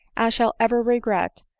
i shall ever regret,